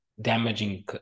Damaging